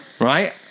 right